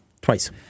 Twice